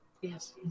Yes